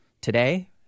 today